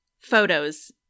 Photos